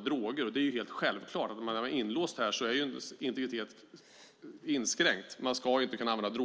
droganvändning. Det är helt självklart att ens integritet är inskränkt när man är inlåst. Man ska inte kunna använda droger.